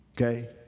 okay